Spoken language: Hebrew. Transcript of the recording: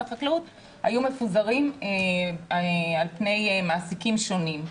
החקלאות היו מפוזרים על פני מעסיקים שונים,